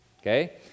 Okay